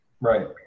Right